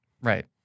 Right